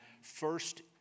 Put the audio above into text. first